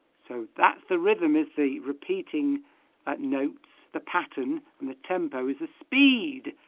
so that's the rhythm is the repeating notes the pattern and the tempo is the speed